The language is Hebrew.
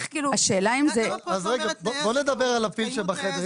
בואו נדבר על הפיל שבחדר.